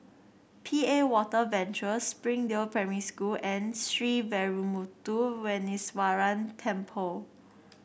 P A Water Venture Springdale Primary School and Sree Veeramuthu Muneeswaran Temple